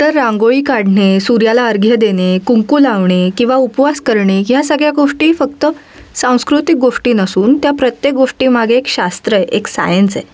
तर रांगोळी काढणे सूर्याला अर्घ्य देणे कुंकू लावणे किंवा उपवास करणे ह्या सगळ्या गोष्टी फक्त सांस्कृतिक गोष्टी नसून त्या प्रत्येक गोष्टी मागे एक शास्त्र आहे एक सायन्स आहे